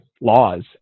laws